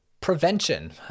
Prevention